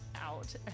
out